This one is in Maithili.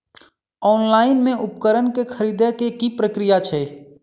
ऑनलाइन मे उपकरण केँ खरीदय केँ की प्रक्रिया छै?